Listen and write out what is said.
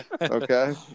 Okay